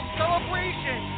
celebration